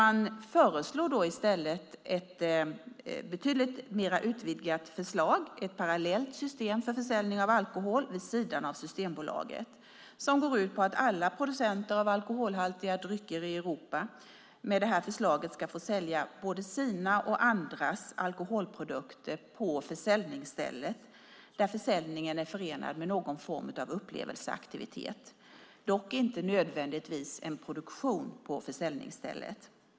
Man föreslår i stället ett betydligt mer utvidgat förslag, ett parallellt system för försäljning av alkohol vid sidan av Systembolaget som går ut på att alla producenter av alkoholhaltiga drycker i Europa ska få sälja både sina och andras alkoholprodukter på försäljningsstället, där försäljningen är förenad med någon form av upplevelseaktivitet, dock inte nödvändigtvis med produktion på försäljningsstället.